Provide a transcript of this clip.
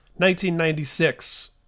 1996